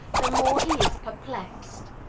the more he is perplexed.